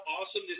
awesome